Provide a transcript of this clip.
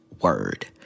Word